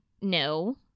No